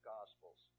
Gospels